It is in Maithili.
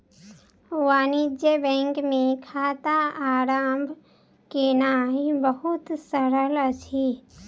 वाणिज्य बैंक मे खाता आरम्भ केनाई बहुत सरल अछि